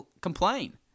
complain